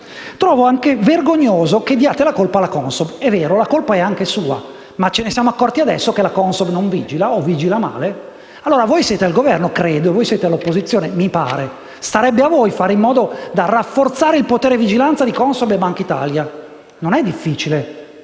Trovo altresì vergognoso che diate la colpa alla CONSOB. È vero, la colpa è anche sua, ma ce ne siamo accorti adesso che la CONSOB non vigila o vigila male? Al Governo ci siete voi e noi siamo all'opposizione - mi pare - quindi starebbe a voi fare in modo di rafforzare il potere di vigilanza di CONSOB e Banca d'Italia. Non è difficile.